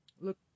look